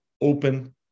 open